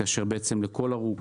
כאשר לכל הרוג,